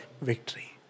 victory